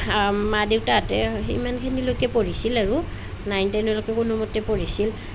মা দেউতাহঁতে সিমানখিনিলৈকে পঢ়িছিলে আৰু নাইন টেনলৈকে কোনোমতে পঢ়িছিলে